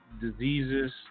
diseases